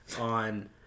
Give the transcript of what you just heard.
on